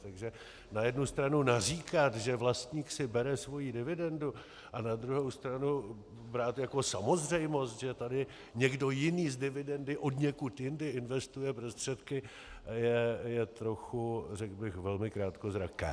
Takže na jednu stranu naříkat, že vlastník si bere svoji dividendu a na druhou stranu brát jako samozřejmost, že tady někdo jiný z dividendy odněkud jinde investuje prostředky, je trochu, řekl bych, velmi krátkozraké.